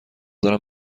دارم